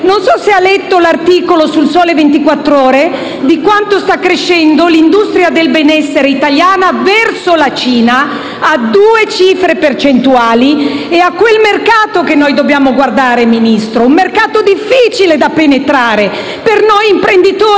non so se ha letto un articolo del «Sole 24 Ore» su quanto sta crescendo l'industria del benessere italiana sul mercato cinese: è a due cifre percentuali. È a quel mercato che noi dobbiamo guardare, Ministro. Un mercato difficile da penetrare per noi imprenditori